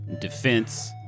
defense